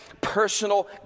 personal